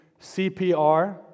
CPR